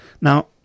Now